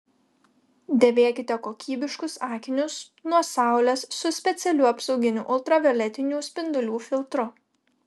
dėvėkite kokybiškus akinius nuo saulės su specialiu apsauginiu ultravioletinių spindulių filtru